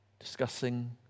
discussing